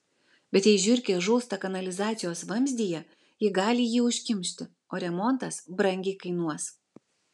bet jei žiurkė žūsta kanalizacijos vamzdyje ji gali jį užkimšti o remontas brangiai kainuos